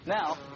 Now